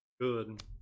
Good